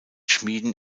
schmieden